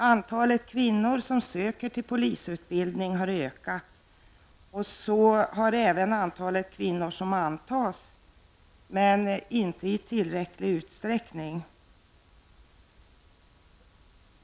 Antalet kvinnor som söker till polisutbildning har ökat, och så har även antalet kvinnor som antas, men inte i tillräcklig utsträckning.